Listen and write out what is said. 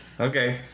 Okay